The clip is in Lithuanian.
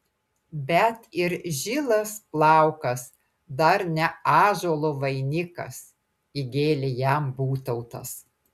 bet ir žilas plaukas dar ne ąžuolo vainikas įgėlė jam būtautas